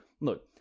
Look